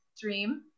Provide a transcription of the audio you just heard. dream